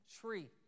tree